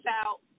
out